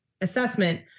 assessment